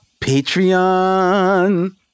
Patreon